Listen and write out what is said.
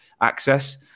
access